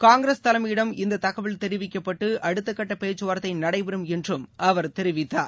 காங்கிரஸ் தலைமையிடம் இந்தத் தகவல் தெரிவிக்கப்பட்டுஅடுத்தகட்டபேச்சுவார்த்தைநடைபெறும் என்றும் அவர் தெரிவித்தார்